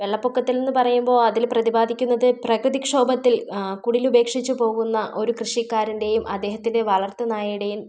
വെള്ളപ്പൊക്കത്തിൽ എന്ന് പറയുമ്പോൾ അതിൽ പ്രതിപാദിക്കുന്നത് പ്രകൃതിക്ഷോപത്തിൽ കുടിൽ ഉപേക്ഷിച്ച് പോകുന്ന ഒരു കൃഷിക്കാരൻ്റെയും അദ്ദേഹത്തിൻ്റെ വളർത്ത് നായയുടെയും